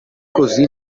così